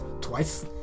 twice